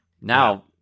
Now